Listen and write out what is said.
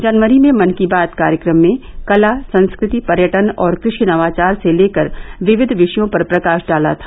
जनवरी मे मन की बात कार्यक्रम में कला संस्कृति पर्यटन और कृषि नवाचार से लेकर विविध विषयों पर प्रकाश डाला था